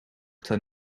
daar